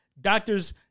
Doctors